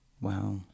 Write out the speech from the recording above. Wow